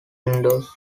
windows